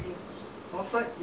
no that time was rental